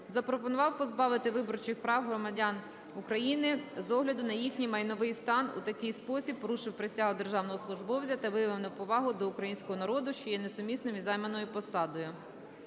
запропонував позбавити виборчих прав громадян України з огляду на їхній майновий стан, у такий спосіб порушив Присягу державного службовця та виявив неповагу до Українського народу, що є несумісним із займаною посадою.